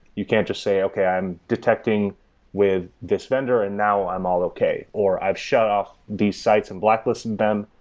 you can't just say, okay. i'm detecting with this vendor and now i'm all okay, or i've shut off these sites and blacklisted them.